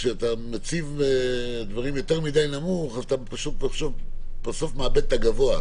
כשאתה מציב דברים יותר מדי נמוך אתה בסוף מאבד את הגבוה.